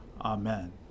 Amen